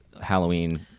Halloween